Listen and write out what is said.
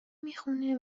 میخونه